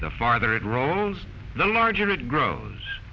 the farther it rolls the larger it grows